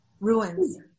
Ruins